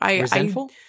Resentful